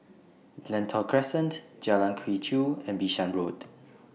Lentor Crescent Jalan Quee Chew and Bishan Road